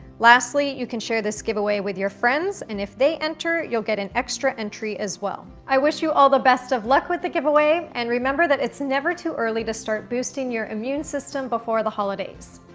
lastly, you can share this giveaway with your friends and if they enter, you'll get an extra entry as well. i wish you all the best of luck with the giveaway and remember that it's never too early to start boosting your immune system before the holidays.